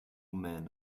man